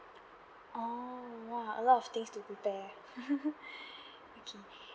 orh !whoa! a lot of things to prepare okay